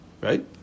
Right